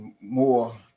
more